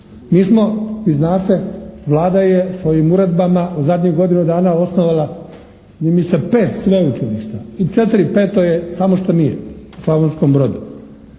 Mi smo vi znate, Vlada je svojim uredbama u zadnjih godinu dana osnovala i pet sveučilišta, četiri, peto samo što nije u Slavonskom Brodu.